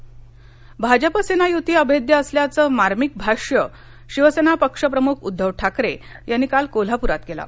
उद्दव भाजपा सेना युती अभेद्य असल्याचं मार्मिक भाष्य शिवसेना पक्ष प्रमुख उद्दव ठाकरे यांनी काल कोल्हाप्रात केलं